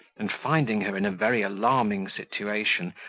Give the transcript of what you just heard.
and finding her in a very alarming situation,